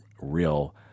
real